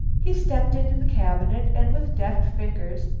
he stepped into the cabinet and, with deft fingers,